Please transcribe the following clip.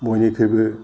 बयनिख्रुइबो